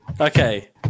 Okay